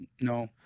No